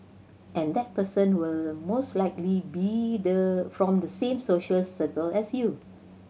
and that person will most likely be the from the same social circle as you